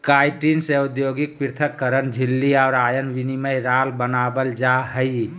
chitin से औद्योगिक पृथक्करण झिल्ली और आयन विनिमय राल बनाबल जा हइ